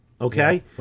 okay